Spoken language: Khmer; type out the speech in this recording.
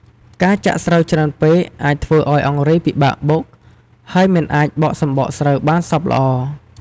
ការចាក់ស្រូវច្រើនពេកអាចធ្វើឱ្យអង្រែពិបាកបុក ហើយមិនអាចបកសម្បកស្រូវបានសព្វល្អ។